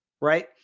Right